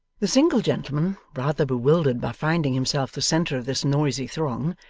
the single gentleman, rather bewildered by finding himself the centre of this noisy throng,